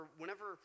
whenever